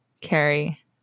Carrie